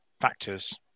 factors